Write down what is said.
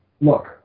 look